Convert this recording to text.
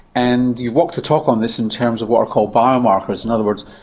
and you've walked the talk on this in terms of what are called biomarkers, in other words,